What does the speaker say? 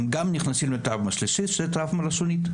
הם גם נכנסים לטראומה שלישית והיא טראומה לשונית.